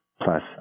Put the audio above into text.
plus